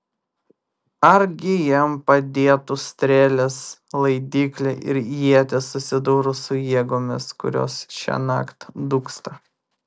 argi jam padėtų strėlės laidyklė ir ietis susidūrus su jėgomis kurios šiąnakt dūksta